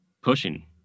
pushing